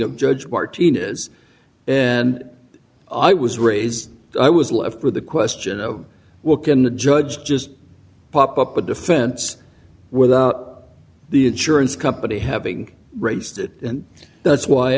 of judge martinez and i was raised i was left with the question of well can a judge just pop up a defense without the insurance company having raised it and that's why i